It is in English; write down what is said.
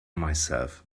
myself